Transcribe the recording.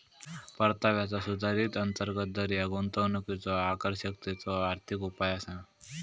परताव्याचा सुधारित अंतर्गत दर ह्या गुंतवणुकीच्यो आकर्षकतेचो आर्थिक उपाय असा